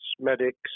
medics